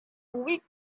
week